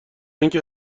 اینکه